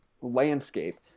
landscape